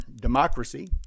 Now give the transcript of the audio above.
democracy